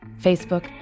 Facebook